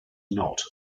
not